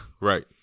Right